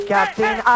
Captain